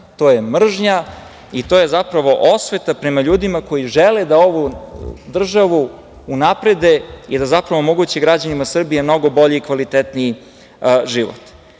to je mržnja i to je osveta prema ljudima koji žele da ovu državu unaprede i da omoguće građanima Srbije mnogo bolji i kvalitetniji